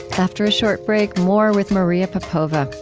after a short break, more with maria popova.